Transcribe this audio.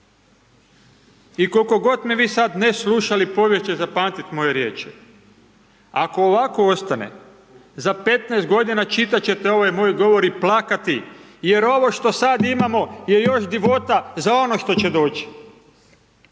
I koliko god me vi sad ne slušali, povijest će zapamtiti moje riječi. Ako ovako ostane, za 15 godina čitat će te ovaj moj govor i plakati, jer ovo što sad imamo je još divota za ono što će doći.